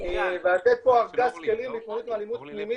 ולתת ארגז כלים להתמודדות עם אלימות פנימית